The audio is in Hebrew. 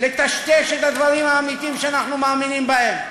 לטשטש את הדברים האמיתיים שאנחנו מאמינים בהם.